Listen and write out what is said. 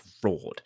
fraud